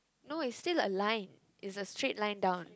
no it's still a line it's a straight line down